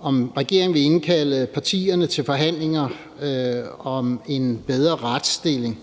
om regeringen vil indkalde partierne til forhandlinger om en bedre retsstilling.